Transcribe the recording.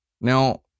Now